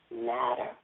matter